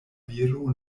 viro